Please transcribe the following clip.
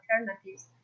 alternatives